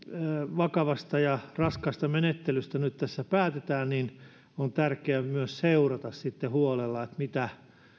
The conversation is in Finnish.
vakavasta ja raskaasta menettelystä nyt päätetään on tärkeää myös seurata sitten huolella mitä